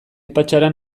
patxaran